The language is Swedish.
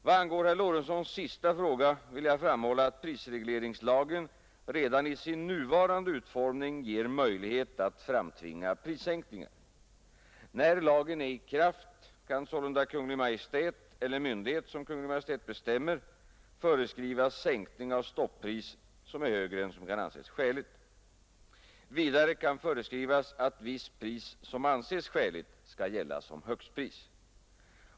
Vad angår herr Lorentzons sista fråga vill jag framhålla att prisregleringslagen redan i sin nuvarande utformning ger möjlighet att framtvinga prissänkningar. När lagen är i kraft kan sålunda Kungl. Maj:t eller myndighet, som Kungl. Maj:t bestämmer, föreskriva sänkning av stoppris som är högre än som kan anses skäligt. Vidare kan föreskrivas att visst pris, som anses skäligt, skall gälla som högstpris.